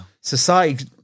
society